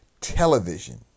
television